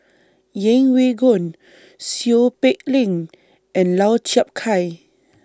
Yeng Pway Ngon Seow Peck Leng and Lau Chiap Khai